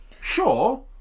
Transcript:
Sure